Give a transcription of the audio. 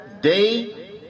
day